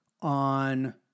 on